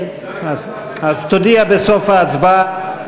אז תודיע בסוף ההצבעה.